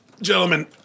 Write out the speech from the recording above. gentlemen